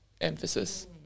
emphasis